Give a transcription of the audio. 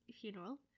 funeral